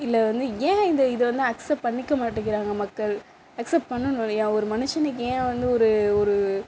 இல்லை வந்து ஏன் இந்த இதை வந்து அக்ஸப்ட் பண்ணிக்கமாட்டிக்கிறாங்க மக்கள் அக்ஸப்ட் பண்ணணும் இல்லையா ஒரு மனுஷனுக்கு ஏன் வந்து ஒரு ஒரு